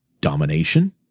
domination